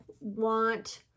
want